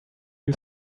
you